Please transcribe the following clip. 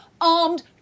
armed